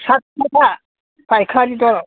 सात थाखा पाइखारिबा